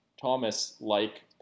Thomas-like